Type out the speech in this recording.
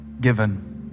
given